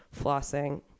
flossing